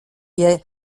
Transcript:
wir